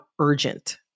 urgent